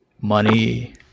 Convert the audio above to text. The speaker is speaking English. money